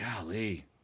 Golly